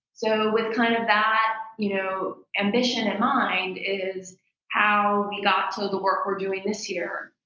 so with kind of that you know ambition in mind is how we got to the work we're doing this year.